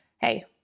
hey